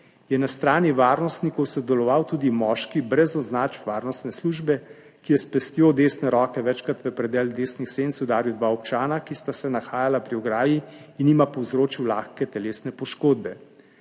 je na strani varnostnikov sodeloval tudi moški brez označb varnostne službe, ki je s pestjo desne roke večkrat v predel desnih senc udaril dva občana, ki sta se nahajala pri ograji, in jima povzročil lahke telesne poškodbe.